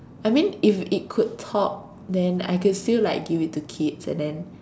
I mean if it could talk then I could feel like give it to kids and then